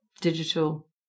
digital